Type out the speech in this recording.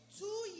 two